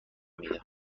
میده